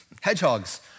hedgehogs